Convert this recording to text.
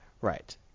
Right